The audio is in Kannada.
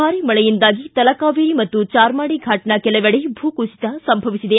ಭಾರಿ ಮಳೆಯಿಂದಾಗಿ ತಲಕಾವೇರಿ ಮತ್ತು ಚಾರ್ಮಾಡಿ ಫಾಟ್ನ ಕೆಲವೆಡೆ ಭೂಕುಸಿತ ಸಂಭವಿಸಿದೆ